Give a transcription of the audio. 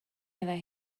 meddai